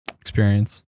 experience